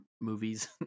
movies